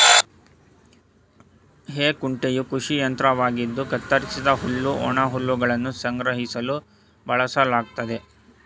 ಹೇ ಕುಂಟೆಯು ಕೃಷಿ ಯಂತ್ರವಾಗಿದ್ದು ಕತ್ತರಿಸಿದ ಹುಲ್ಲು ಒಣಹುಲ್ಲನ್ನು ಸಂಗ್ರಹಿಸಲು ಬಳಸಲಾಗ್ತದೆ